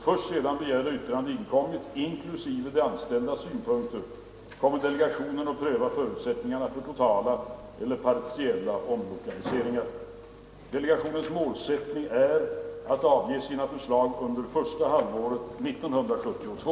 Först sedan begärda yttranden inkommit, inklusive de anställdas synpunkter, kommer delegationen att pröva förutsättningarna för totala eller partiella omlokaliseringar. Delegationens målsättning är att avge sina förslag under första halvåret 1972.